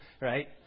Right